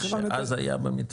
אז היה במתווה.